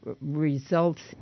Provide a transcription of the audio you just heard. results